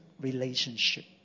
relationship